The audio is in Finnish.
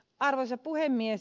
arvoisa puhemies